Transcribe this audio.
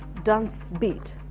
dance bit.